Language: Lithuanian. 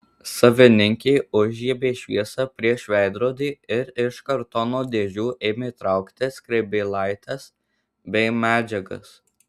savininkė užžiebė šviesą prieš veidrodį ir iš kartono dėžių ėmė traukti skrybėlaites bei medžiagas